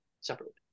separately